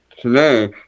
today